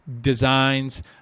designs